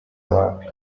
wapi